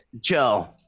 Joe